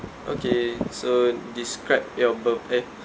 okay so describe your bi~ eh